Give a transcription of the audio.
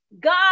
god